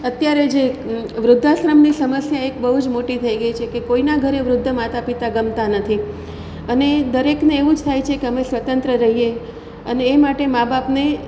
અત્યારે જે વૃદ્ધાશ્રમની સમસ્યા છે એક બહુ જ મોટી થઈ ગઈ છે કોઈનાં ઘરે વૃદ્ધ માતા પિતા ગમતાં નથી અને દરેકને એવું જ થાય છે કે અમે સ્વતંત્ર રહીએ અને એ માટે મા બાપને